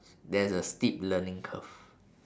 there's a steep learning curve